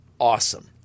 awesome